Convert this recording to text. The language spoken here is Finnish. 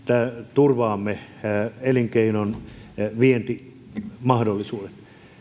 turvaamme elinkeinon vientimahdollisuudet